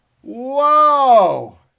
whoa